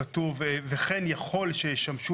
סליחה,